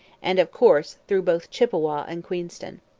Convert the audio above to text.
and, of course, through both chippawa and queenston.